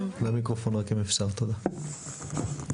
שלום.